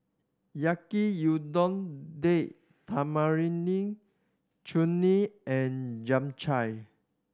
Yaki Udon Date Tamarind Chutney and Japchae